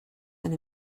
and